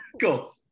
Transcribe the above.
cool